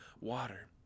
water